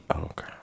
okay